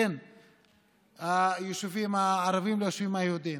בין היישובים הערביים ליהודיים,